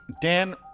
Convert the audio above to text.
Dan